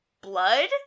blood